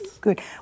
Good